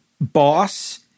boss